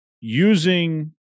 Using